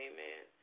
Amen